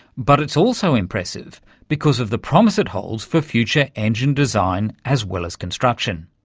but it's also impressive because of the promise it holds for future engine design, as well as construction.